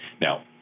now